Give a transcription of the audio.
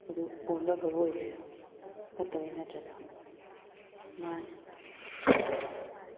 ꯑꯗꯨ ꯐꯣꯟꯗꯣ ꯑꯐꯕ ꯑꯣꯏꯕꯩꯔꯣ ꯐꯠꯇꯕꯩ ꯅꯠꯇ꯭ꯔꯥ ꯑꯗꯣ ꯃꯥꯅꯤ